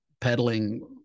peddling